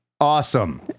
Awesome